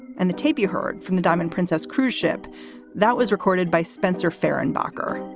and the tape you heard from the diamond princess cruise ship that was recorded by spencer fehrenbacher.